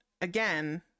again